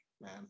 man